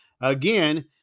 Again